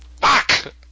Fuck